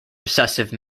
recessive